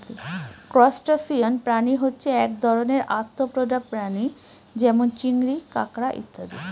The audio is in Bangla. ত্রুসটাসিয়ান প্রাণী হচ্ছে এক ধরনের আর্থ্রোপোডা প্রাণী যেমন চিংড়ি, কাঁকড়া ইত্যাদি